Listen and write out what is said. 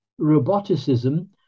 roboticism